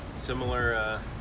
Similar